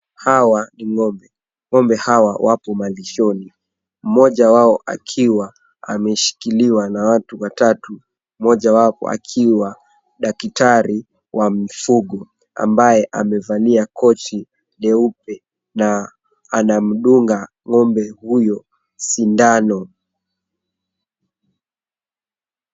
Hawa ni ng'ombe. Ng'ombe hawa wapo malishoni. Mmoja wao akiwa ameshikiliwa na watu watatu, mmoja wapo akiwa daktari wa mifugo ambaye amavalia koti nyeupe na anamdunga ng'ombe huyo sindano.